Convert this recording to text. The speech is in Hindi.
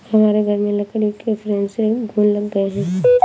हमारे घर में लकड़ी के फ्रेम में घुन लग गए हैं